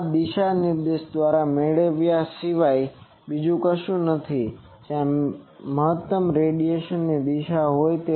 હવે આ દિશા નિર્દેશન દ્વારા મેળવવા સિવાય બીજું કશું નથી જ્યાં મહત્તમ રેડિયેશનની દિશામાં હોય